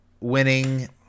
winning